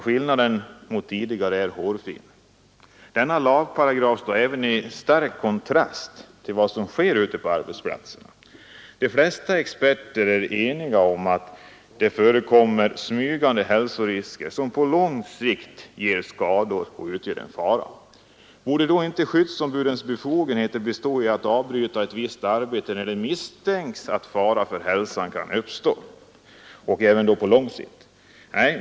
Skillnaden mot tidigare är hårfin. Denna lagparagraf står även i stark kontrast till vad som sker på våra arbetsplatser. De flesta experter är eniga om att det förekommer smygande hälsorisker som på lång sikt ger skador och därför utgör en fara. Borde inte skyddsombuden också ha befogenhet att avbryta ett visst arbete när det misstänks att fara för hälsan kan uppstå, även på lång sikt?